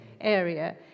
area